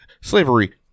slavery